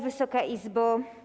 Wysoka Izbo!